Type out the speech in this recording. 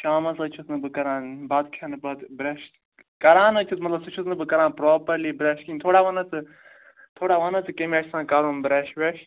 شامَس حظ چھُس نہٕ بہٕ کَران بَتہٕ کھٮ۪نہٕ پَتہٕ برٮ۪ش کَران حظ چھُس مگر سُہ چھُس نہٕ بہٕ کَران پراپَرلی برٮ۪ش کِہیٖنۍ تھوڑا ون حظ ژٕ تھوڑا ون حظ ژٕ کمہِ آیہِ چھُ آسان کَرُن برٮ۪ش وٮ۪ش